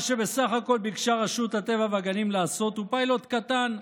מה שבסך הכול ביקשה רשות הטבע והגנים לעשות הוא פיילוט קטן,